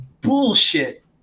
bullshit